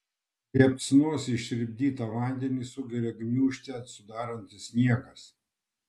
liepsnos ištirpdytą vandenį sugeria gniūžtę sudarantis sniegas